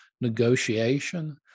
negotiation